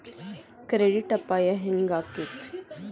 Credit ಅಪಾಯಾ ಹೆಂಗಾಕ್ಕತೇ?